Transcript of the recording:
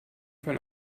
von